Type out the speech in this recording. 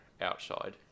outside